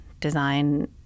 design